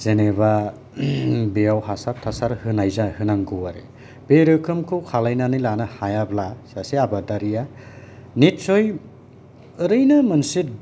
जेनेबा बेयाव हासार थासार होनाय होनांगौ आरो बे रोखोमखौ खालायनानै लानो हायब्ला सासे आबादारिया निसय ओरैनो मोनसे